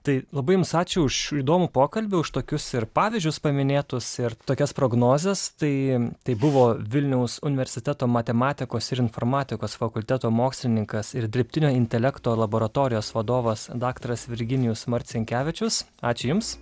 tai labai jums ačiū už įdomų pokalbį už tokius ir pavyzdžius paminėtus ir tokias prognozes tai tai buvo vilniaus universiteto matematikos ir informatikos fakulteto mokslininkas ir dirbtinio intelekto laboratorijos vadovas daktaras virginijus marcinkevičius ačiū jums